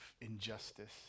injustice